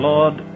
Lord